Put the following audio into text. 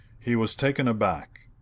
he was taken aback.